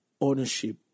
ownership